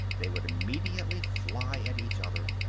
they would immediately fly at each other.